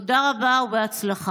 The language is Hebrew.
תודה רבה ובהצלחה.